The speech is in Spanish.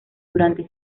durante